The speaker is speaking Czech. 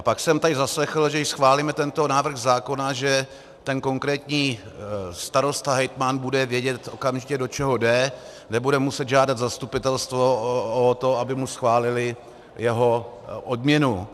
Pak jsem tady zaslechl, že když schválíme tento návrh zákona, že ten konkrétní starosta, hejtman bude okamžitě vědět, do čeho jde, nebude muset žádat zastupitelstvo o to, aby mu schválili jeho odměnu.